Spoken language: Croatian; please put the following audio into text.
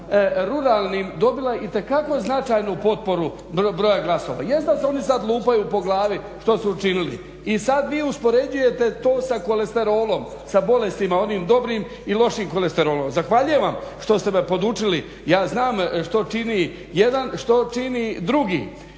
područjima dobila itekako značajnu potporu broja glasova. Jest da se oni sada lupaju po glavi što su učinili. I sada vi to uspoređujete to sa kolesterolom sa bolestima onim dobrim i lošim kolesterolom. Zahvaljujem vam što ste me podučili. Ja znam što čini jedan što čini drugi